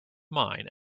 mine